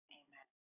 amen